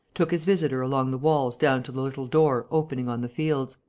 took his visitor along the walls down to the little door opening on the fields,